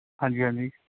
ਹਾਂਜੀ ਹਾਂਜੀ